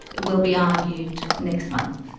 will be argued next month.